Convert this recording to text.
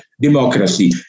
democracy